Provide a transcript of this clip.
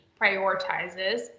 prioritizes